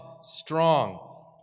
strong